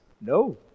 No